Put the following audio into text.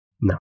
No